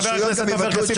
חבר הכנסת עופר כסיף,